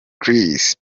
chris